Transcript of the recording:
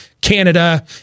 Canada